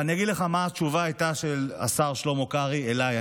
אני אגיד לך מה הייתה התשובה של השר שלמה קרעי אליי,